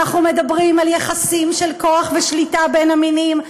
אנחנו מדברים יחסים של כוח ושליטה בין המינים,